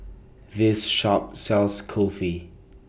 This Shop sells Kulfi